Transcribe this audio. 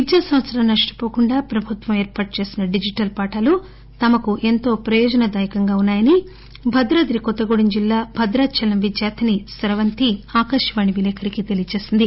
విద్యాసంవత్సరం నష్టవోకుండా ప్రభుత్వం ఏర్పాటు చేసిన డిజిటల్ పాఠాలు తమకు ఎంతో ప్రయోజనదాయకంగా ఉన్నాయని భద్రాద్రి కొత్తగూడెం జిల్లా భద్రాచలం విద్యార్థి స్రవంతి ఆకాశవాణికి తెలియచేసింది